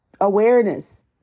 awareness